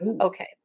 Okay